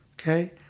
okay